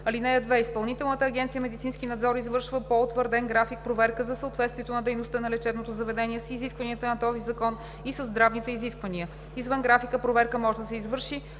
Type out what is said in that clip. им. (2) Изпълнителна агенция „Медицински надзор“ извършва по утвърден график проверка за съответствието на дейността на лечебното заведение с изискванията на този закон и със здравните изисквания. Извън графика проверка може да се извърши